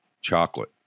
Chocolate